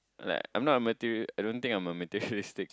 like I'm not a material I don't think I'm a materialistic